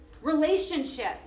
relationship